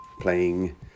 Playing